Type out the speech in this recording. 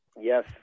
yes